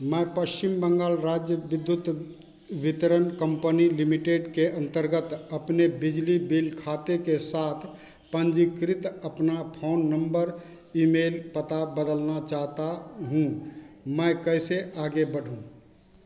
मैं पश्चिम बंगाल राज्य विद्युत वितरण कम्पनी लिमिटेड के अन्तर्गत अपने बिजली बिल खाते के साथ पन्जीकृत अपना फ़ोन नम्बर ईमेल पता बदलना चाहता हूँ मैं कैसे आगे बढ़ूँ